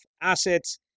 assets